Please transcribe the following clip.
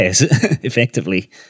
Effectively